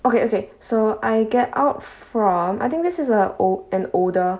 okay okay so I get out from I think this is uh ol~ an older